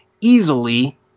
easily